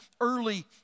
early